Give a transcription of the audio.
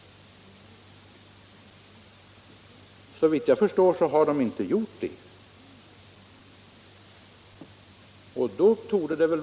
Såvitt jag förstår har de inte gjort det.